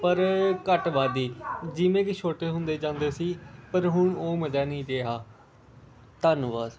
ਪਰ ਘੱਟ ਵੱਧ ਹੀ ਜਿਵੇਂ ਕਿ ਛੋਟੇ ਹੁੰਦੇ ਜਾਂਦੇ ਸੀ ਪਰ ਹੁਣ ਉਹ ਮਜ਼ਾ ਨਹੀਂ ਰਿਹਾ ਧੰਨਵਾਦ